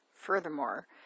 Furthermore